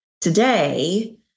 Today